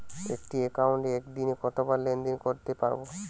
একটি একাউন্টে একদিনে কতবার লেনদেন করতে পারব?